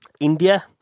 India